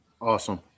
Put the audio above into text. Awesome